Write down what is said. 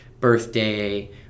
birthday